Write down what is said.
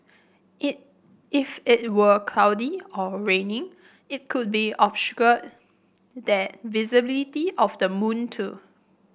it if it were cloudy or raining it could be obscured the visibility of the moon too